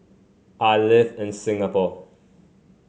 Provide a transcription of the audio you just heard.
I live in Singapore